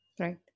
Right